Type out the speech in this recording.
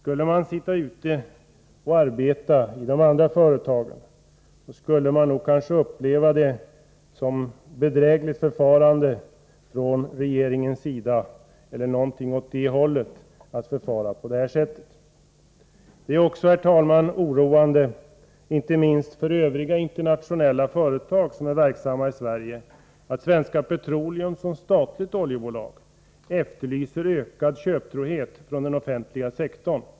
De som arbetar i andra företag på området skulle kanske uppleva detta som en form av bedrägligt förfarande från regeringens sida. Det är också, herr talman, oroande — inte minst för övriga internationella företag som är verksamma i Sverige — att Svenska Petroleum som statligt oljebulag efterlyser ökad köptrohet från den offentliga sektorn.